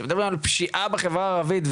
כשמדברים על פשיעה בחברה הערבית,